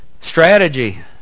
Strategy